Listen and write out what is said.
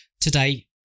today